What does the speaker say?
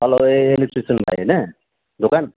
hello ए electrician भाइ होइन दोकान